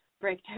break